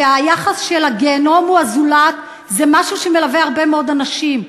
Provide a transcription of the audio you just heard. והיחס של "הגיהינום הוא הזולת" זה משהו שמלווה הרבה מאוד אנשים.